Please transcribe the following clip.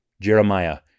Jeremiah